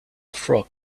frog